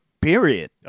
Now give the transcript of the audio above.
period